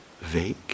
vague